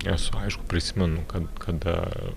nes aišku prisimenu kad kada